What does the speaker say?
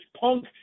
punk